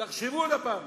תחשבו עוד פעם.